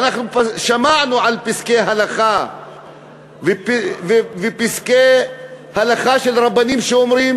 ואנחנו כבר שמענו על פסקי הלכה של רבנים שאומרים